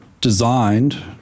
designed